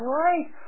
right